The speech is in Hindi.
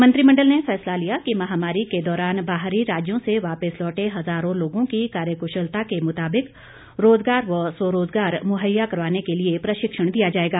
मंत्रिमंडल ने फैसला लिया कि महामारी के दौरान बाहरी राज्यों से वापिस लौटै हजारों लोगों की कार्यकुशलता के मुताबिक रोजगार व स्वरोजगार मुहैया करवाने के लिए प्रशिक्षण दिया जाएगा